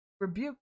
Rebuke